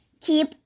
Keep